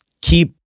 keep